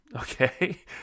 okay